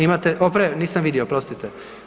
Imate, nisam vidio, oprostite.